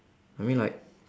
I mean like